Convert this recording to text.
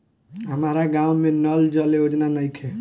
हमारा गाँव मे नल जल योजना नइखे?